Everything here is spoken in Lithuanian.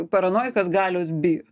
paranojikas galios bijo